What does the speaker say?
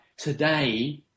Today